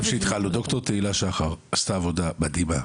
שהתחלנו: ד"ר תהילה שחר עשתה עבודה מדהימה,